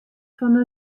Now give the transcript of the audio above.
fan